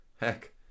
Heck